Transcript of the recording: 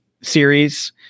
series